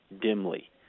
dimly